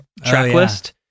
tracklist